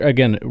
Again